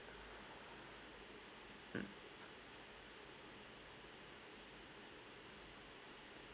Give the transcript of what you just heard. mm